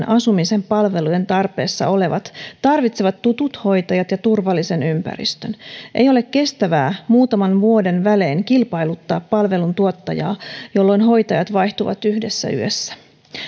asumisen palvelujen tarpeessa olevat tarvitsevat tutut hoitajat ja turvallisen ympäristön ei ole kestävää muutaman vuoden välein kilpailuttaa palveluntuottajaa jolloin hoitajat vaihtuvat yhdessä yössä